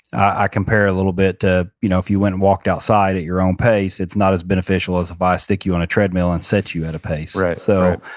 i compare a little bit to, you know if you went and walked outside at your own pace, it's not as beneficial as if i stick you on a treadmill and set you at a pace right so,